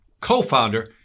co-founder